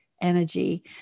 energy